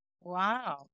Wow